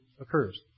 occurs